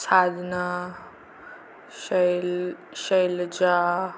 Sadhana Shail Shailaja